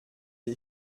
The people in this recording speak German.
die